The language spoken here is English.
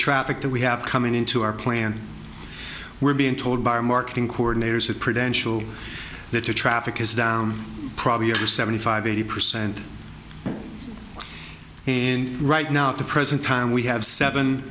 traffic that we have coming into our plant we're being told by our marketing coordinators at prevention will that the traffic is down probably under seventy five eighty percent and right now at the present time we have seven